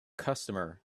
customer